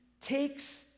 takes